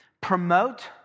promote